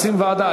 רוצים ועדה.